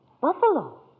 Buffalo